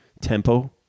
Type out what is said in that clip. tempo